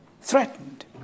threatened